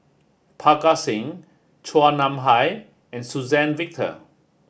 Parga Singh Chua Nam Hai and Suzann Victor